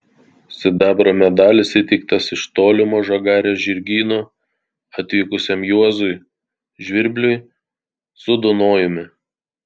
sidabro medalis įteiktas iš tolimo žagarės žirgyno atvykusiam juozui žvirbliui su dunojumi